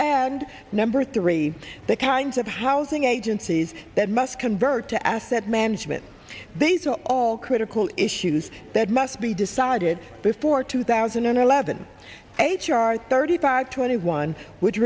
and number three the kinds of housing agencies that must convert to asset management these are all critical issues that must be decided before two thousand and eleven h r thirty five twenty one w